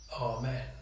Amen